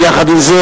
יחד עם זה,